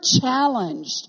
challenged